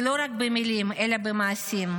ולא רק במילים אלא במעשים,